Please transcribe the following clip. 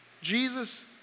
Jesus